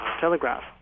Telegraph